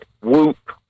whoop